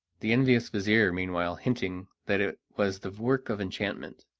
the envious vizir meanwhile hinting that it was the work of enchantment.